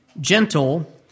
gentle